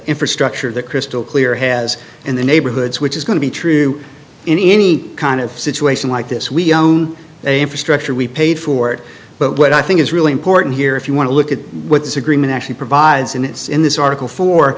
infrastructure that crystal clear has in the neighborhoods which is going to be true in any kind of situation like this we own the infrastructure we paid for it but what i think is really important here if you want to look at what this agreement actually provides and it's in this article for